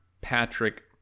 Patrick